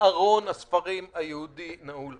ארון הספרים היהודי נעול.